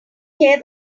tear